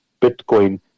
Bitcoin